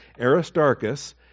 aristarchus